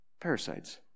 Parasites